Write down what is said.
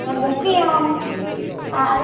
book ചെയ്യണോ എന്ന് ആ അത്